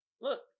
look